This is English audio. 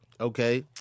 Okay